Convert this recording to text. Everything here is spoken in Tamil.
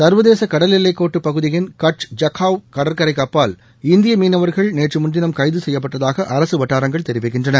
சா்வதேச கடல் எல்லைக்கோட்டு பகுதியின் கட்ச் ஜக்ஹாவ் கடற்கரைக்கப்பால் இந்திய மீனவர்கள் நேற்று முன்தினம் கைது செய்யப்பட்டதாக அரசு வட்டாரங்கள் தெரிவிக்கின்றன